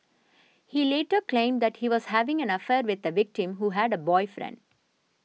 he later claimed that he was having an affair with the victim who had a boyfriend